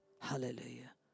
Hallelujah